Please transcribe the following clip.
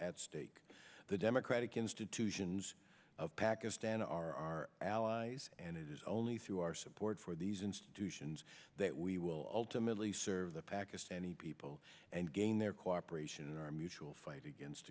at stake the democratic institutions of pakistan are our allies and it is only through our support for these institutions that we will ultimately serve the pakistani people and gain their cooperation our mutual fight against